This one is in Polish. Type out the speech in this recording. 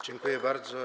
Dziękuję bardzo.